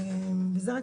זה רק